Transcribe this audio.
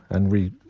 and we,